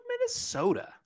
minnesota